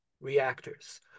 reactors